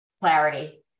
clarity